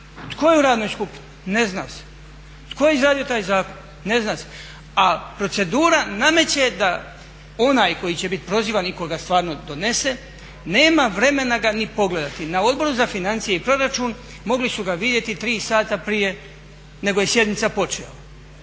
Tko je u radnoj skupini? Ne zna se. Tko je izradio taj zakon? Ne zna se. A procedura nameće da onaj koji će biti prozivan i tko ga stvarno donese nema vremena ga ni pogledati. Na Odboru za financije i proračun mogli su ga vidjeti 3 sata prije nego je sjednica počela.